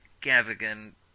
Gavigan